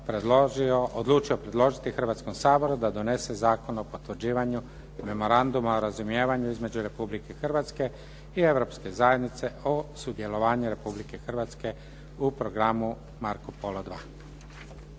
odlučio predložiti Hrvatskom saboru da donese Zakon o potvrđivanju Memoranduma o razumijevanju između Republike Hrvatske i Europske zajednice o sudjelovanju Republike Hrvatske u programu "Marco Polo